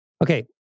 Okay